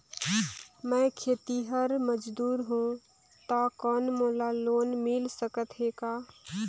मैं खेतिहर मजदूर हों ता कौन मोला लोन मिल सकत हे का?